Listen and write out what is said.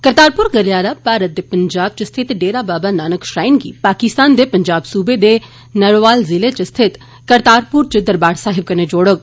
करतारपुर गलियारा भारत दे पंजाब च स्थित डेरा बाबा नानक श्राईन गी पाकिस्तान दे पंजाब सूबे दे नारोवाल जिले च स्थित करतारपुर च दरबार साहिब कन्नै जोड़ोग